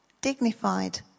dignified